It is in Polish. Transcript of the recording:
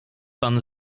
pan